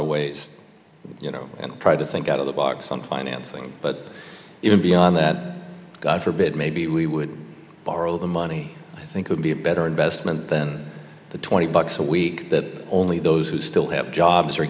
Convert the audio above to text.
ways and tried to think out of the box on financing but even beyond that god forbid maybe we would borrow the money i think would be a better investment than the twenty bucks a week that only those who still have jobs are